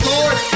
Lord